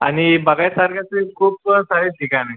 आणि बघायसारखे असे खूपं सारे ठिकाणं आहे